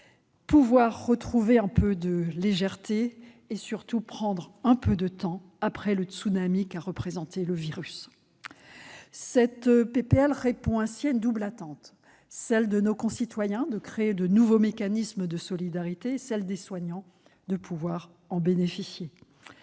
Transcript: retrouver, en somme, un peu de légèreté et, surtout, prendre un peu de temps après le tsunami qu'a représenté le virus. Cette proposition de loi répond ainsi à une double attente, celle de nos concitoyens de créer de nouveaux mécanismes de solidarité, et celle des soignants de pouvoir en bénéficier.